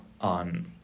on